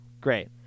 Great